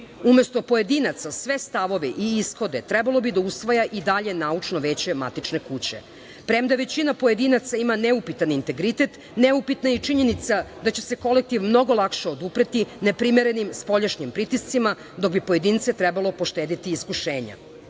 Umesto pojedinaca, sve stavove i ishode trebalo bi da usvaja i dalje naučno veće matične kuće. Premda većina pojedinaca ima neupitan integritet, neupitna je i činjenica da će se kolektiv mnogo lakše odupreti neprimerenim spoljašnjim pritiscima, dok bi pojedince trebalo poštedeti iskušenja. Svođenje